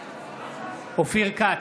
בעד אופיר כץ,